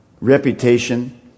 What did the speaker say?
reputation